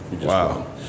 Wow